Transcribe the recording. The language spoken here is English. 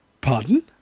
Pardon